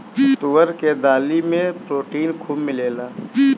तुअर के दाली में प्रोटीन खूब मिलेला